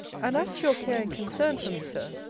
and, as to your care and concern for me, sir,